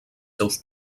seus